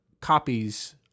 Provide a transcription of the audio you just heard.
copies